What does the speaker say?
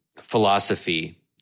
philosophy